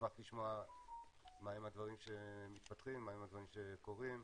נשמח לשמוע מהם הדברים שמתפתחים וקורים.